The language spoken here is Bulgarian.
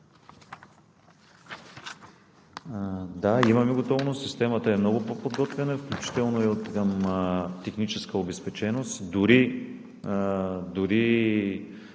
Да, имаме готовност – системата е много по-подготвена, включително и откъм техническа обезпеченост,